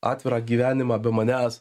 atvirą gyvenimą be manęs